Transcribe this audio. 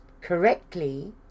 correctly